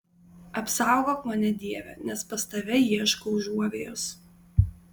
apsaugok mane dieve nes pas tave ieškau užuovėjos